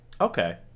Okay